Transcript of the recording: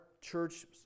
church